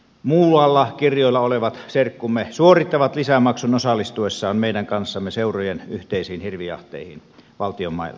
muualla kirjoilla olevat serkkumme suorittavat lisämaksun osallistuessaan meidän kanssamme seurojen yhteisiin hirvijahteihin valtionmailla